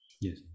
yes